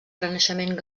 renaixement